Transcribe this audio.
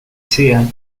sea